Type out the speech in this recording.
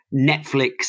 Netflix